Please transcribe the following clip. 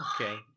Okay